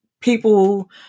people